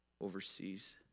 overseas